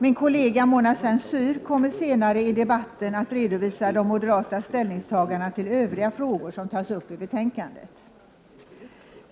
Min kollega, Mona Saint Cyr, kommer senare i debatten att redovisa de moderata ställningstagandena till övriga frågor som tas upp i betänkandet.